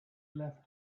left